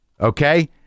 okay